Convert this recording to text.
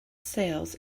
sales